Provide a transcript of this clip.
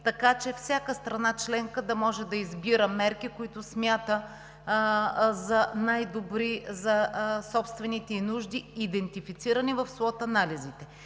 така че всяка страна членка да може да избира мерки, които смята за най-добри за собствените ѝ нужди, идентифицирани в слот анализите.